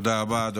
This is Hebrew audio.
תודה רבה.